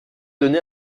donné